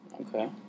Okay